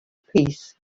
peace